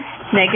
negative